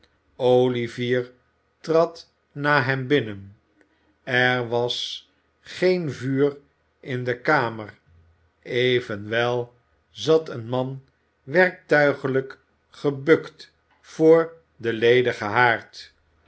olivier trad na hem binnen er was geen vuur in de kamer evenwel zat een man werktuiglijk gebukt voor den ledigen